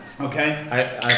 okay